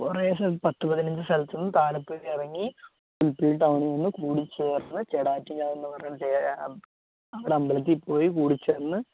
കുറേശ്ശെ പത്ത് പതിനഞ്ച് സ്ഥലത്തുനിന്ന് താലപ്പൊലിയിറങ്ങി മ്മ് പിന്നെ ടൗണ്കളിൽ കൂടിച്ചേർന്ന് എന്ന് പറയുന്ന അവിടെ അമ്പലത്തിൽ പോയി കൂടിച്ചേർന്ന്